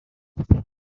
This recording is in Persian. تیمشون